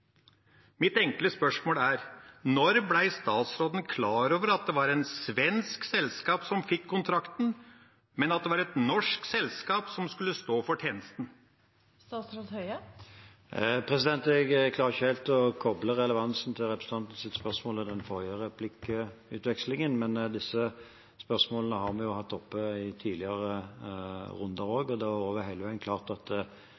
Mitt enkle spørsmål er: Når ble statsråden klar over at det var et svensk selskap som fikk kontrakten, men at det var et norsk selskap som skulle stå for tjenesten? Jeg klarer ikke helt å kople relevansen i representantens spørsmål til den forrige replikkutvekslingen, men disse spørsmålene har vi jo hatt oppe i tidligere runder også. Det har hele veien vært klart at